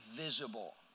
visible